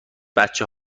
بچه